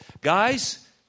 Guys